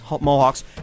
Mohawks